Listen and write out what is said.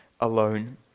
alone